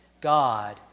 God